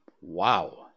Wow